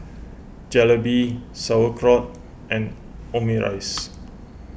Jalebi Sauerkraut and Omurice